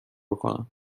کنم